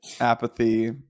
apathy